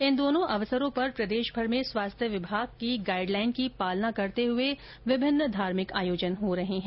इन दोनों अवसरों पर प्रदेशभर में स्वास्थ्य विभाग की गाइड लाइन की पालना करते हुए विभिन्न धार्मिक आयोजन हो रहे हैं